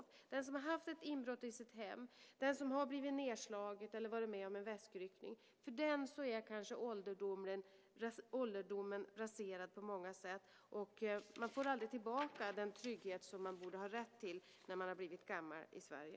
För den som har haft ett inbrott i sitt hem, som har blivit nedslagen eller som har varit med om en väskryckning är kanske ålderdomen raserad på många sätt, och man får aldrig tillbaka den trygghet som man borde ha rätt till när man har blivit gammal i Sverige.